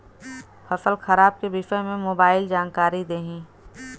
फसल खराब के विषय में मोबाइल जानकारी देही